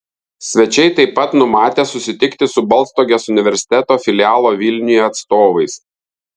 svečiai taip pat numatę susitikti su baltstogės universiteto filialo vilniuje atstovais